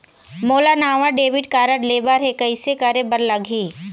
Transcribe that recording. मोला नावा debit card लेबर हे, कइसे करे बर लगही?